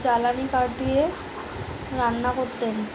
জ্বালানি কাঠ দিয়ে রান্না করতেন